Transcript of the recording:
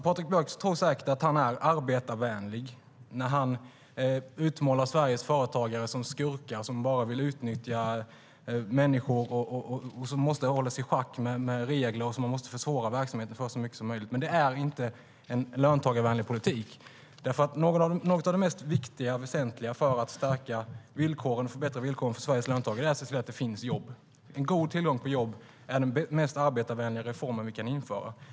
Patrik Björck tror säkert att han är arbetarvänlig när han utmålar Sveriges företagare som skurkar som bara vill utnyttja människor, som måste hållas i schack genom regler och som man måste försvåra verksamheten för så mycket som möjligt. Men det är inte en löntagarvänlig politik. Något av det mest viktiga och väsentliga för att förbättra villkoren för Sveriges löntagare är att se till att det finns jobb. God tillgång till jobb är den mest arbetarvänliga reformen vi kan införa.